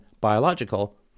biological